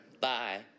Bye